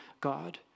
God